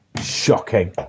shocking